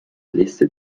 listed